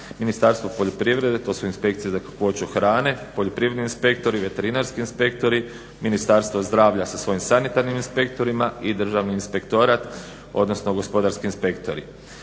Ministarstvo poljoprivrede. To su inspekcije za kakvoću hrane, poljoprivredni inspektori, veterinarski inspektori, Ministarstvo zdravlja sa svojim sanitarnim inspektorima i Državni inspektorat, odnosno gospodarski inspektori.